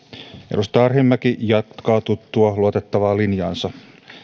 edustaja arhinmäki jatkaa tuttua luotettavaa linjaansa